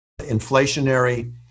inflationary